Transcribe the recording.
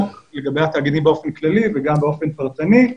לגבי התאגידים באופן כללי וגם באופן פרטני,